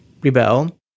rebel